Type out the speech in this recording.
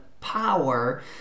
power